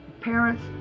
Parents